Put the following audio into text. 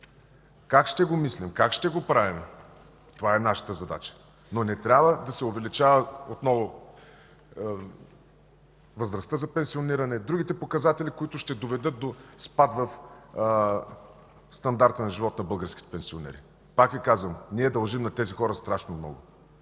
Как ще го мислим, как ще го правим – това е нашата задача, но не трябва да се увеличава отново възрастта за пенсиониране и другите показатели, които ще доведат до спад в стандарта на живот на българските пенсионери. Пак Ви казвам, ние дължим на тези хора страшно много.